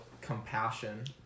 compassion